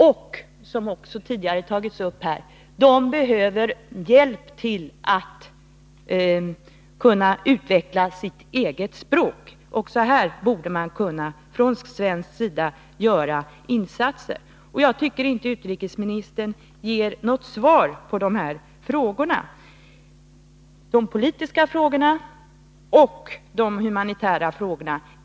Och — vilket också har tagits upp här tidigare — de behöver hjälp till att utveckla sitt eget språk. Också här borde man från svensk sida kunna göra insatser. Jag tycker inte att utrikesministern ger något svar på dessa frågor, de politiska frågorna och de humanitära frågorna.